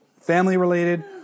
family-related